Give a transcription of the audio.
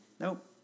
Nope